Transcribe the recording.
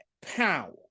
power